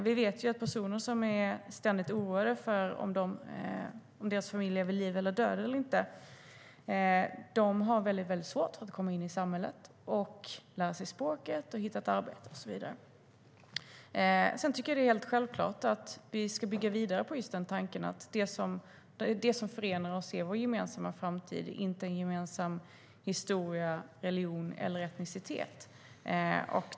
Vi vet att personer som är ständigt oroade över om deras familjer är vid liv eller är döda har väldigt svårt att komma in i samhället, lära sig språket, hitta ett arbete och så vidare. Jag tycker att det är helt självklart att vi ska bygga vidare på tanken att det som förenar oss är vår gemensamma framtid, inte gemensam historia, religion eller etnicitet.